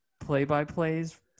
play-by-plays